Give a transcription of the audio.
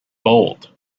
bold